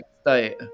state